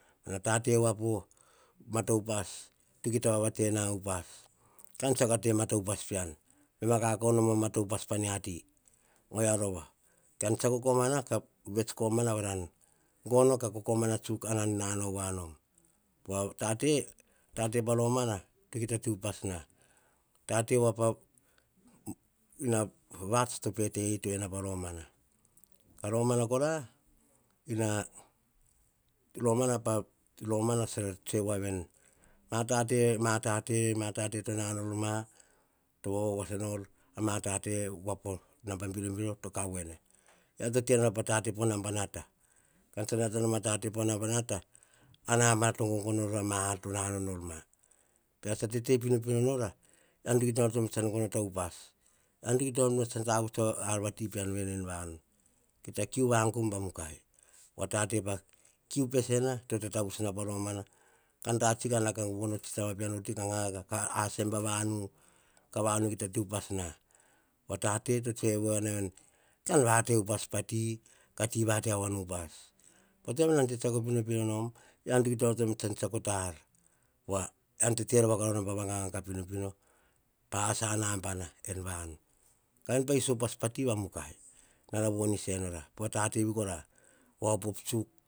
Mana tate voa po mata upas, kita vavatena upas. Tsiako temata upas pean, baim kakau nom o mata upas pa mia ti. Ovia rova, kain tsiako komana. Ka vet komana, varom gono, varom omana tsuk anan nao voa nom. A tate, tate pa romana to kita te upas na. Tate voa pa vats, to pe te itoi na pa romana. Ka romana kora, ena, romana, pa romana, tsara tsoe voa veni. Mate, mate, to nanao nor ma, to vava voasanor a matate voa po naba birobiro to kav voer. Eara to tenora po tate po naba nata. Ke an tsa nata nom a tate pa naba nata. Nabana to gogono nor a ma ar to nanao nor ma. Ke ara tsa tete pinopino nora, ean to kita onoto nom tsan tavuts a ar vati pean en vanu kita kiu vagum va mukai. Pova tate pa kiu pesena to, tatavuts na pa romana. Kan ta tsi, ka nao ka von o tsi taba pean voti, ka gaga ka asa em pavanu, ka vanu kita te upas na. Tate to tsoe voai na veni. Kan vate upas ati, ka ti vate avoan pa upas. Po toim nan tsetseako pinopino nom, ean to kita onoto nom tsiako ta ar. Pove an to te rova nom pa va gaga pinopino. Asa nabana en vanu, pa iso upas pa ti vamukai, nara vonis enora, pova tate vi kora va opop tsuk.